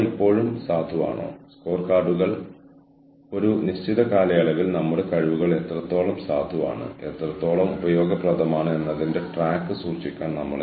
ഇത് തൊഴിൽക്ഷമതയിലേക്ക് നയിക്കുന്നതും നിങ്ങൾക്ക് ജോലി നല്കുന്നവരാലും ആജീവനാന്ത പഠനം വർക്ക് ലൈഫ് ബാലൻസ് പുനരുജ്ജീവനം ആരോഗ്യം എന്നിവയാൽ സ്വാധീനിക്കുന്നതും ആണ്